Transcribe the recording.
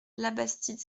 labastide